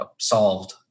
solved